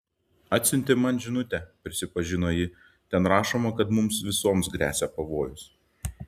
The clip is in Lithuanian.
atsiuntė man žinutę prisipažino ji ten rašoma kad mums visoms gresia pavojus